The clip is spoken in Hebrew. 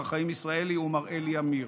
מר חיים ישראלי ומר אלי עמיר: